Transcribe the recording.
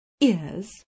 ears